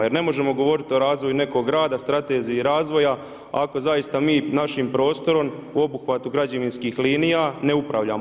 Jer ne možemo govoriti o razvoju nekog grada, strategiji i razvoja, ako zaista mi, našim prostorom u obuhvatu građevinskih linija ne upravljamo.